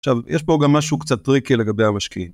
עכשיו, יש פה גם משהו קצת טריקי לגבי המשקיעים.